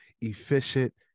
efficient